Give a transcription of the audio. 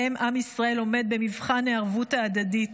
שבהם עם ישראל עומד במבחן הערבות ההדדית